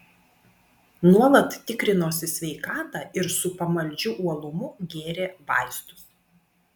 nuolat tikrinosi sveikatą ir su pamaldžiu uolumu gėrė vaistus